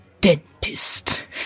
dentist